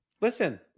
Listen